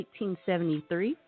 1873